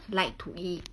like to eat